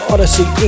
Odyssey